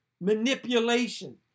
manipulation